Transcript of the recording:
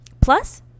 plus